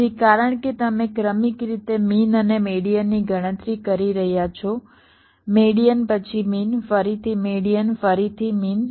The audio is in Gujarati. તેથી કારણ કે તમે ક્રમિક રીતે મીન અને મેડીઅનની ગણતરી કરી રહ્યા છો મેડીઅન પછી મીન ફરીથી મેડીઅન ફરીથી મીન